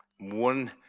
One